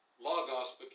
Logos